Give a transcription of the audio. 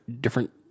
different